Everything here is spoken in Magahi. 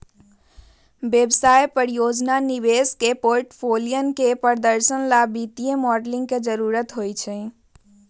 व्यवसाय, परियोजना, निवेश के पोर्टफोलियन के प्रदर्शन ला वित्तीय मॉडलिंग के जरुरत होबा हई